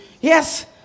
Yes